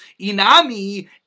Inami